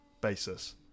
basis